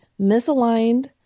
misaligned